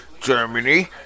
Germany